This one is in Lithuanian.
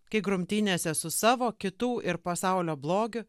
kai grumtynėse su savo kitų ir pasaulio blogiu